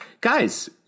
guys